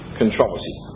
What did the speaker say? controversy